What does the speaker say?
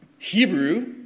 Hebrew